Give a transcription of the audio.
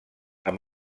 amb